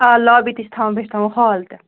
آ لابی تہِ چھِ تھاوُن بیٚیہِ چھُ تھاوُن ہال تہِ